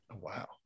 Wow